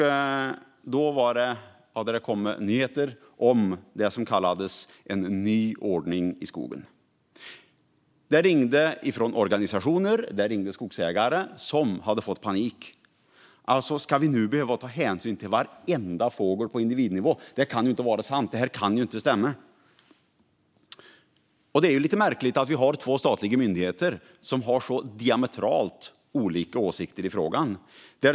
Då hade det kommit nyheter om det som kallades en ny ordning i skogen. Det ringde från organisationer och skogsägare som hade fått panik. Skulle de nu behöva ta hänsyn till varenda fågel på individnivå? Det kunde ju inte vara sant; det kunde inte stämma. Det är ju lite märkligt att vi har två statliga myndigheter som har så diametralt olika åsikter i frågan.